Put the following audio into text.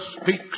speaks